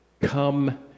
Come